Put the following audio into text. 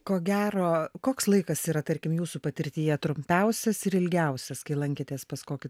ko gero koks laikas yra tarkim jūsų patirtyje trumpiausias ir ilgiausias kai lankėtės pas kokį